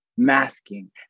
Masking